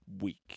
week